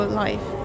life